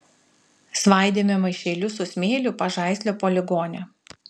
svaidėme maišelius su smėliu pažaislio poligone